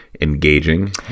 engaging